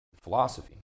philosophy